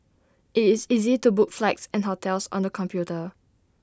IT is easy to book flights and hotels on the computer